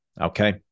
okay